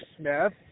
Smith